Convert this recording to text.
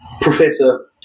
professor